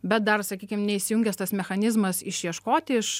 bet dar sakykim neįsijungęs tas mechanizmas išieškoti iš